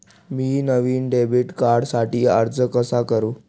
मी नवीन डेबिट कार्डसाठी अर्ज कसा करु?